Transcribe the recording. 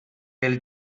pel